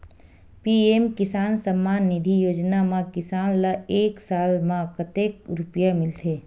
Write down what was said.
PM Kisan Samman Nidhi योजना म किसान ल एक साल म कतेक रुपिया मिलथे?